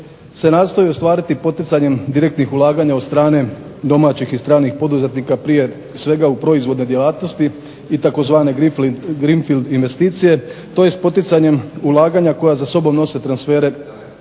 se nastoji ostvariti poticanjem direktnih ulaganja od strane domaćih i stranih poduzetnika prije svega u proizvodne djelatnosti i tzv. greenfield investicije, tj. s poticanjem ulaganja koja za sobom nose transfere